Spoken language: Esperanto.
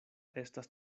estas